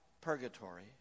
purgatory